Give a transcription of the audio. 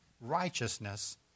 righteousness